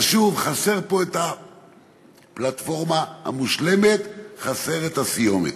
אבל שוב, חסרה פה הפלטפורמה המושלמת, חסרה הסיומת.